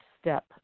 step